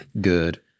Good